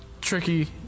tricky